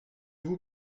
vous